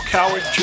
Coward